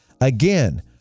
Again